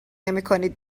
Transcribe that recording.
نمیکنید